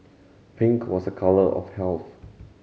pink was a colour of health